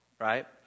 right